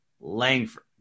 Langford